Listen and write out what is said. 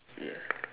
ya